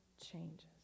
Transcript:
changes